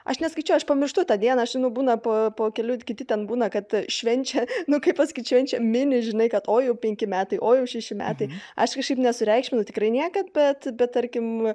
aš neskaičiuoju aš pamirštu tą dieną aš būna po po kelių kiti ten būna kad švenčia nu kaip pasakyt švenčia mini žinai kad o jau penki metai o jau šešeri metai aš kažkaip nesureikšminu tikrai niekad bet bet tarkim